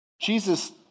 Jesus